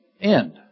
end